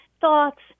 thoughts